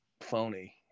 phony